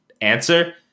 answer